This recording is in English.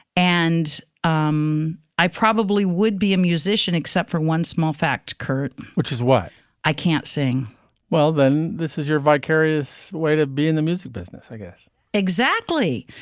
and um i probably would be a musician except for one small fact, kurt, which is why i can't sing well, then, this is your vicarious way to be in the music business, i guess exactly.